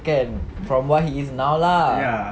kan from what he is now lah